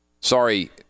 Sorry